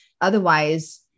Otherwise